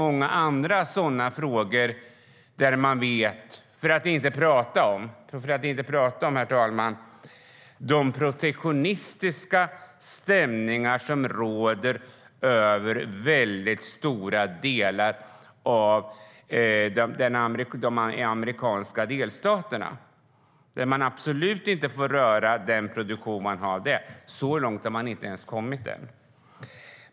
Det finns många andra besvärliga frågor, för att inte tala om de protektionistiska stämningar som råder i mycket stora delar av de amerikanska delstaterna. Den produktion som finns där får absolut inte röras. Men så långt har man inte ens kommit än.